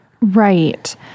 Right